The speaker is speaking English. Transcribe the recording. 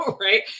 Right